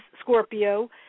Scorpio